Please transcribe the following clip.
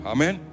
Amen